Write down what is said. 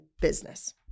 business